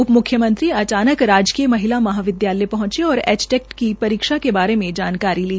उप मुख्यमंत्री अचानक राजकीय महाविदयालय पहंचे और एचटेट की परीक्षा के बारे में जानकारी ली